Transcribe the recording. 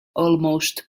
almost